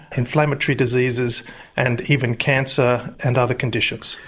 inflammatory diseases and even cancer and other conditions.